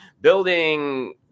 building